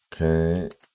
Okay